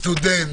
סטודנט,